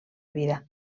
vida